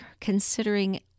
considering